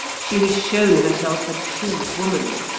she has shown herself a true woman.